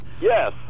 Yes